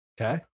Okay